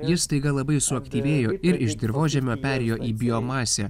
jis staiga labai suaktyvėjo ir iš dirvožemio perėjo į biomasę